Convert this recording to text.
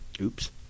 Oops